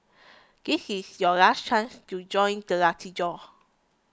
this is your last chance to join the lucky draw